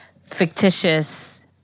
fictitious